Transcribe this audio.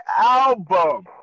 album